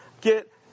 get